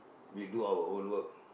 we do our own work